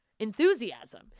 enthusiasm